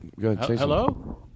Hello